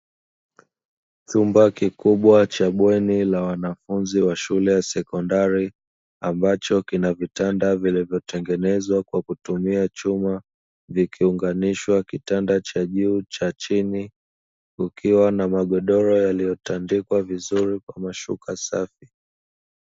Chumba kikubwa cha bweni cha wanafunzi wa shule ya sekondari, ambacho kinavitanda vilivyotengenezwa kwa kutumia chuma, vikiunganishwa kitanda cha juu na chini kukiwa na magodoro yaliyoandikwa vizuri kwa mashuka safi.